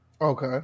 Okay